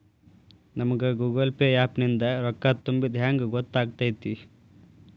ನಮಗ Google pay app ನಿಂದ ರೊಕ್ಕಾ ತುಂಬಿದ್ದ ಹೆಂಗ್ ಗೊತ್ತ್ ಆಗತೈತಿ?